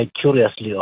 curiously